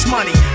Money